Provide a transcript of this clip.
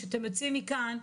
כשאתם יוצאים מכאן,